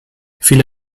viele